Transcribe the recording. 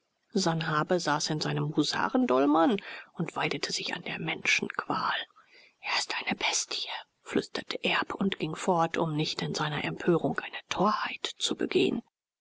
sanhabe saß in seinem husarendolman und weidete sich an der menschenqual er ist eine bestie flüsterte erb und ging fort um nicht in seiner empörung eine torheit zu begehen